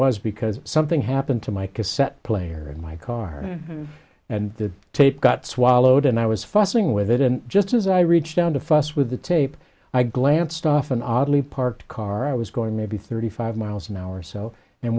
was because something happened to my cassette player in my car and the tape got swallowed and i was fussing with it and just as i reached down to fuss with the tape i glanced off an oddly parked car i was going maybe thirty five miles an hour or so and